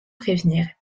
prévenir